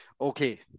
Okay